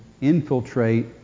infiltrate